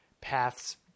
paths